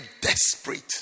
desperate